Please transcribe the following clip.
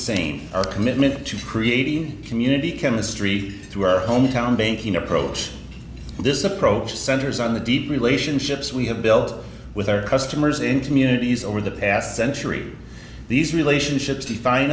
same our commitment to creating community chemistry through our hometown banking approach this approach centers on the deep relationships we have built with our customers in communities over the past century these relationships define